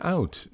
Out